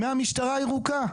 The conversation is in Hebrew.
מהמשטרה הירוקה.